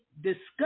discuss